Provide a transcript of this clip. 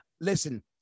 listen